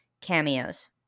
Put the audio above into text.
cameos